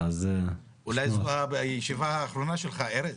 אולי זו הישיבה האחרונה שלך, ארז.